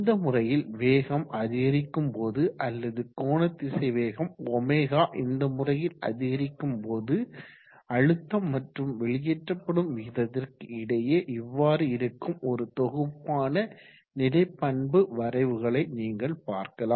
இந்த முறையில் வேகம் அதிகரிக்கும் போது அல்லது கோணத்திசைவேகம் ω இந்த முறையில் அதிகரிக்கும்போது அழுத்தம் மற்றும் வெளியேற்றப்படும் வீதத்திற்கு இடையே இவ்வாறு இருக்கும் ஒரு தொகுப்பான நிலை பண்பு வரைவுகளை நீங்கள் பார்க்கலாம்